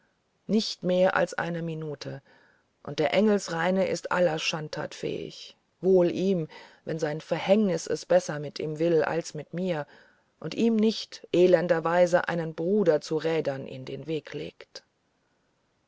nicht mehr als eine minute und der engelreine ist aller schandtaten fähig wohl ihm wenn sein verhängnis es besser mit ihm will als mit mir und ihm nicht elenderweise einen bruder zu rädern in den weg legt